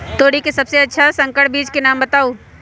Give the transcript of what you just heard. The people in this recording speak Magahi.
तोरी के सबसे अच्छा संकर बीज के नाम बताऊ?